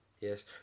Yes